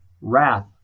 wrath